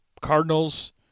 Cardinals